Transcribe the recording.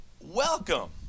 welcome